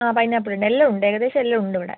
ആ പൈനാപ്പിൾ ഉണ്ട് എല്ലാം ഉണ്ട് ഏകദേശം എല്ലാം ഉണ്ട് ഇവിടെ